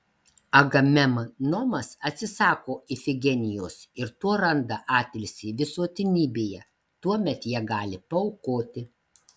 agamemnonas atsisako ifigenijos ir tuo randa atilsį visuotinybėje tuomet gali ją paaukoti